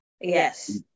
yes